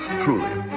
truly